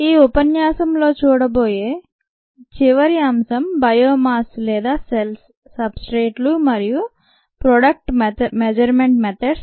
ఈ ఉపన్యాసంలో మనం చూడబోయే చివరి అంశం బయోమాస్ లేదా సెల్స్ సబ్స్ట్రేట్లు మరియు ప్రొడక్ట్స్ మెజర్మెంట్ మెథడ్స్